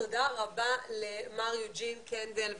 תודה רבה למר יוג'ין קנדל ולגב'